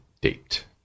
date